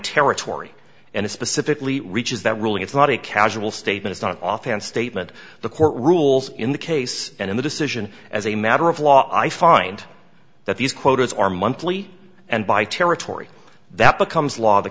territory and it specifically reaches that ruling it's not a casual statements not offhand statement the court rules in the case and in the decision as a matter of law i find that these quotas are monthly and by territory that becomes law the